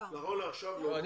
נכון לעכשיו, לא הוקם.